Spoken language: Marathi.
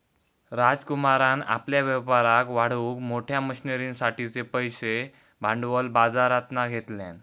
राजकुमारान आपल्या व्यापाराक वाढवूक मोठ्या मशनरींसाठिचे पैशे भांडवल बाजरातना घेतल्यान